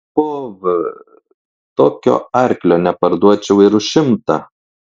po v tokio arklio neparduočiau ir už šimtą